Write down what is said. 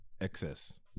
Excess